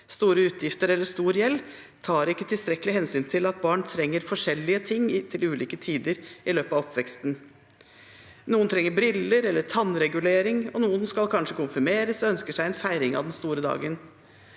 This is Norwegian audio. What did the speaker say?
store utgifter eller stor gjeld, tar ikke tilstrekkelig hensyn til at barn trenger forskjellige ting til ulike tider i løpet av oppveksten. Noen trenger briller eller tannregulering, og noen skal kanskje konfirmeres og ønsker seg en feiring av den store dagen.